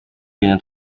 ibintu